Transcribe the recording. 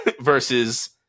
versus